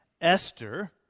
Esther